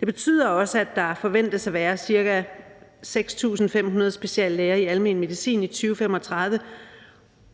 Det betyder også, at der forventes at være ca. 6.500 speciallæger i almen medicin i 2035.